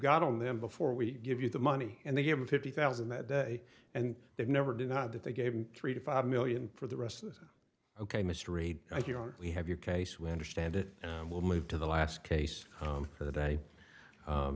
got on them before we give you the money and they gave him fifty thousand that day and they never denied that they gave him three to five million for the rest ok mr reed we have your case we understand it and we'll move to the last case for the day